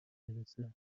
میرسه